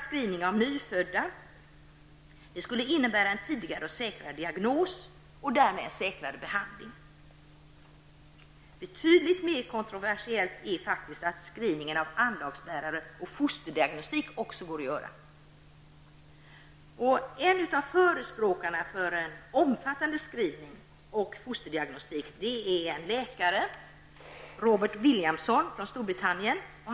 Screening av nyfödda skulle t.ex. innebära en tidigare och säkrare diagnos och därmed en säkrare behandling. Betydligt mer kontroversiell är screening av anlagsbärare och fosterdiagnostik. En av förespråkarna för omfattande screening och fosterdiagnostik är läkaren Robert Williamson från Storbritannien.